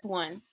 one